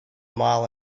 mile